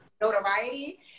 notoriety